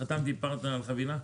חתמתי בפרטנר על חבילה.